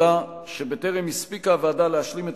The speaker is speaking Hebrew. אלא שבטרם הספיקה הוועדה להשלים את